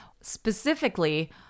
Specifically